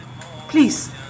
please